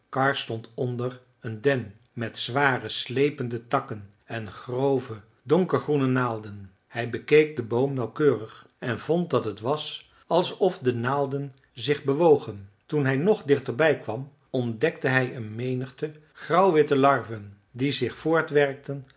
karr stond onder een den met zware slepende takken en grove donkergroene naalden hij bekeek den boom nauwkeurig en vond dat het was alsof de naalden zich bewogen toen hij nog dichter bij kwam ontdekte hij een menigte grauwwitte larven die zich